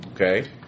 Okay